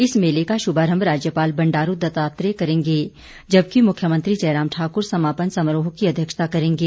इस मेले का शुभारंभ राज्यपाल बंडारू दत्तात्रेय करेंगे जबकि मुख्यमंत्री जयराम ठाकुर समापन समारोह की अध्यक्षता करेंगे